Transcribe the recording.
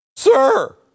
Sir